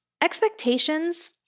Expectations